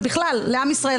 ובכלל לעם ישראל,